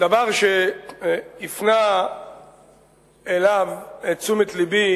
בדבר שהפנה אליו את תשומת לבי